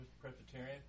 Presbyterian